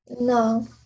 no